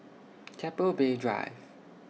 Keppel Bay Drive